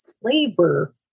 flavor